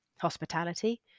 hospitality